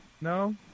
No